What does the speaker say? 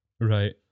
right